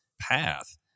path